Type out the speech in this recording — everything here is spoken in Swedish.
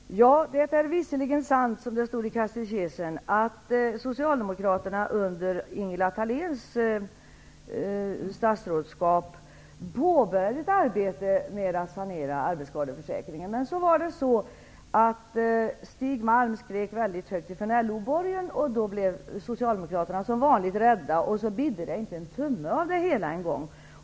Herr talman! Ja, det är visserligen sant -- jag tänker här på hur det står i katekesen -- att Socialdemokraterna under Ingela Thaléns statsrådsskap påbörjade ett arbete med att sanera arbetsskadeförsäkringen. Men Stig Malm skrek då väldigt högt från LO-borgen, och Socialdemokraterna blev, som vanligt, rädda. Det bidde därför inte ens en tumme av det hela.